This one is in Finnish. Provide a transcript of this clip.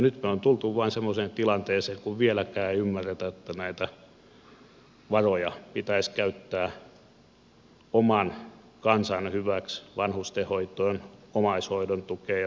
nyt me olemme vain tulleet semmoiseen tilanteeseen kun vieläkään ei ymmärretä että näitä varoja pitäisi käyttää oman kansan hyväksi vanhustenhoitoon omaishoidon tukeen ja muuhun